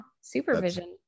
Supervision